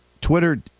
Twitter